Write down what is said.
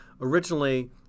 originally